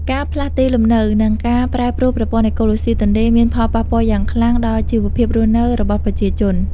ការផ្លាស់ទីលំនៅ និងការប្រែប្រួលប្រព័ន្ធអេកូឡូស៊ីទន្លេមាន ផលប៉ះពាល់យ៉ាងខ្លាំងដល់ជីវភាពរស់នៅរបស់ប្រជាជន។